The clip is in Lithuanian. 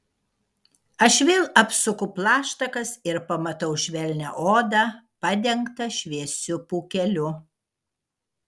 aš vėl apsuku plaštakas ir pamatau švelnią odą padengtą šviesiu pūkeliu